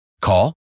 Call